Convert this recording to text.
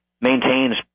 maintains